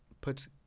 puts